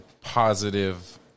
positive